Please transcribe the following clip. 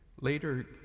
Later